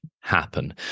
happen